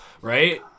right